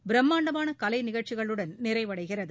பிரமாண்டமான கலைநிகழ்ச்சிகளுடன் நிறைவடைகிறது